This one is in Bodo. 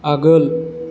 आगोल